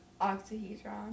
Octahedron